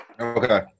Okay